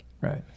Right